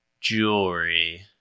jewelry